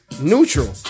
neutral